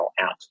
out